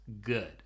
good